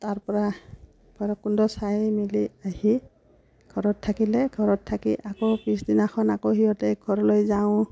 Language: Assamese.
তাৰপৰা ভৈৰৱকুণ্ড চাই মিলি আহি ঘৰত থাকিলে ঘৰত থাকি আকৌ পিছদিনাখন আকৌ সিহঁতে ঘৰলৈ যাওঁ